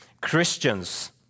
Christians